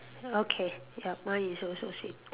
okay ya mine is also same